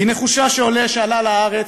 היא נחושה שעולה שעלה לארץ,